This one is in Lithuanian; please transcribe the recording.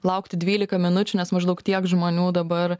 laukti dvylika minučių nes maždaug tiek žmonių dabar